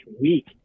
weak